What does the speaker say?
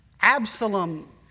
Absalom